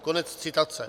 Konec citace.